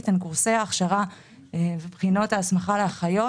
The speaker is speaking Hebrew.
הן קורסי ההכשרה ובחינות ההסמכה לאחיות.